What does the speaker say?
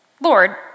Lord